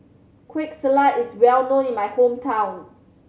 Kueh Salat is well known in my hometown